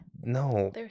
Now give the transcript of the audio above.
No